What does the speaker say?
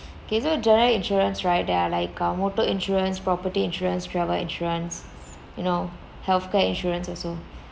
okay so general insurance right they are like um motor insurance property insurance travel insurance you know healthcare insurance also